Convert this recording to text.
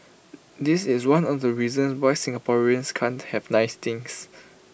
this is one of the reasons why Singaporeans can't have nice things